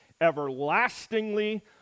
everlastingly